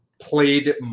played